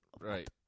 Right